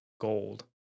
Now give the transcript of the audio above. gold